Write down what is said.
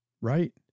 Right